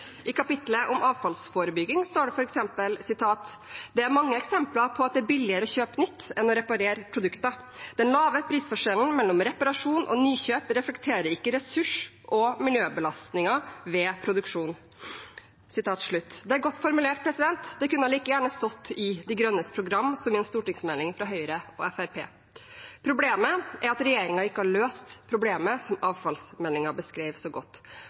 I kapittelet om avfallsforebygging står det f.eks.: «Det er mange eksempler på at det er billigere å kjøpe nytt enn å reparere produkter. Den lave prisforskjellen mellom reparasjon og nykjøp reflekterer ikke ressurs- og miljøbelastningene ved produksjon.» – Det er godt formulert. Det kunne like gjerne godt stått i Miljøpartiet De Grønnes program som i en stortingsmelding fra Høyre og Fremskrittspartiet. Problemet er at regjeringen ikke har løst problemet som avfallsmeldingen beskrev så godt.